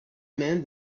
man